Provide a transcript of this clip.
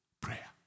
prayer